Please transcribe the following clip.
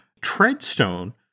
Treadstone